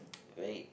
wait